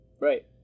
Right